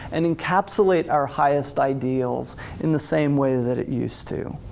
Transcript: and encapsulate our highest ideals in the same way that it used to.